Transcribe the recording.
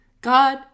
God